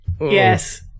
Yes